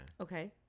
Okay